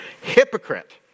Hypocrite